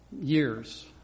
years